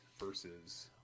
versus